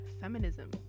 feminism